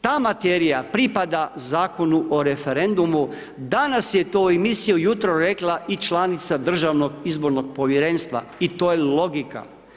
Ta materija pripada Zakonu o referendumu, danas je to u emisiji ujutro rekla i članica Državnog izbornog povjerenstva, i to je logika.